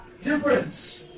difference